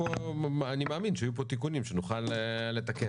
אני מאמין שיהיו פה תיקונים שנוכל לתקן.